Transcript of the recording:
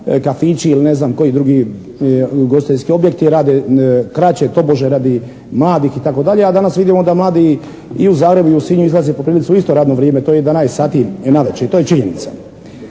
kafići ili ne znam koji drugi ugostiteljski objekti rade kraće tobože radi mladih i tako dalje, a danas vidimo da mladi i u Zagrebu i u Sinju izlaze po prilici u isto radno vrijeme. To je 11 sati navečer. I to je činjenica.